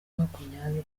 makumyabiri